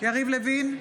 יריב לוין,